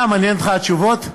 אה, מעניינות אותך התשובות?